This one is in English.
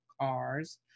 cars